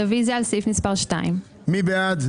רוויזיה על סעיף מספר 2. מי בעד?